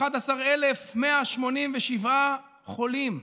11,187 חולים.